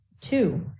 Two